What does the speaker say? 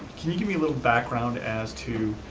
can you give me a little background as to,